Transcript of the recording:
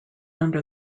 under